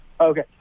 Okay